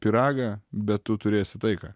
pyragą bet tu turėsi taiką